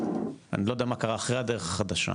אני לא יודע מה קרה אחרי הדרך החדשה